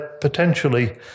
potentially